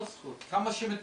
מה שהוא עושה כאן,